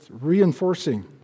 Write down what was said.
reinforcing